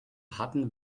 hatten